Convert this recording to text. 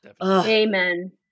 Amen